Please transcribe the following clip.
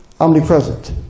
omnipresent